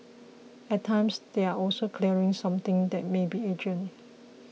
at times they are also clearing something that may be urgent